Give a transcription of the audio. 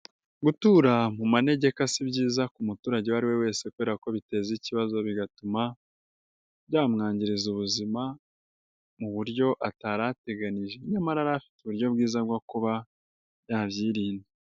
Gutura mu manegeka si byiza ku muturage uwo ari we wese kubera ko biteza ikibazo bigatuma byamwangiriza ubuzima mu buryo atari ateganije, nyamara yari afite uburyo bwiza bwo kuba yabyirinda.